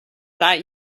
that